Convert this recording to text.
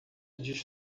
diz